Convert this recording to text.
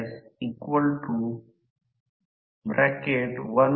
वारंवारता sf असल्यामुळे समजा x L ω असे म्हणू